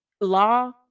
law